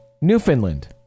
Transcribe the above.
Newfoundland